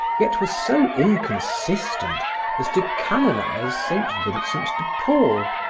yet were so inconsistent as to canonize saint vincent de paul,